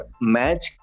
match